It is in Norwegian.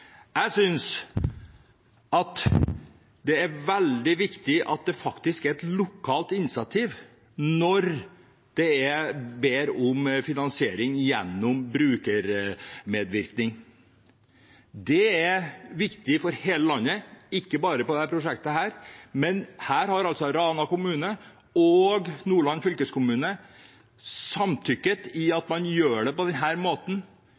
Jeg synes det er veldig viktig at det er et lokalt initiativ når man ber om finansiering gjennom brukermedvirkning. Det er viktig for hele landet, ikke bare for dette prosjektet. Her har Rana kommune og Nordland fylkeskommune samtykket i at man skal gjøre det på denne måten.